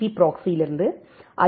B ப்ராக்ஸியிலிருந்து ஐ